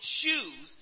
shoes